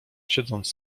siedząc